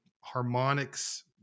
harmonics